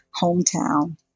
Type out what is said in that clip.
hometown